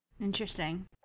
interesting